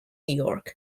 york